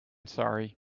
sorry